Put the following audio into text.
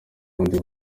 bundi